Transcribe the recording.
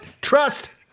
trust